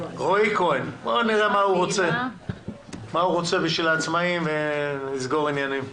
בואו נראה מה הוא רוצה בשביל העצמאים ונסגור עניינים.